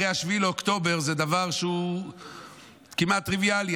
אחרי 7 באוקטובר זה דבר שהוא כמעט טריוויאלי.